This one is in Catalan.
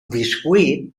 bescuit